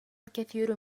الكثير